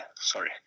Sorry